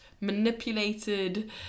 manipulated